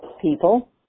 people